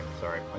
sorry